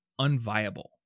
unviable